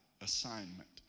assignment